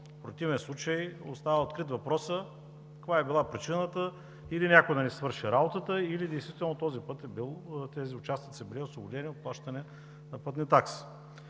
В противен случай остава открит въпросът каква е била причината – или някой да не си е свършил работата, или действително тези участници са били освободени от плащане на пътни такси.